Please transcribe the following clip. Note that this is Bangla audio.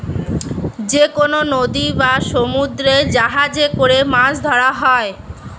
যেকনো নদী বা সমুদ্রে জাহাজে করে মাছ ধরা হয়